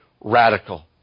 radical